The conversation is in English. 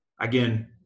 again